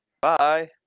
Bye